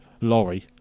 lorry